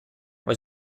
was